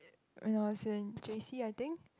when was in J_C I think